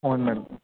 అవును మేడమ్